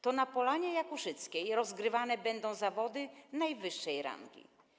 To na Polanie Jakuszyckiej rozgrywane będą zawody najwyższej rangi.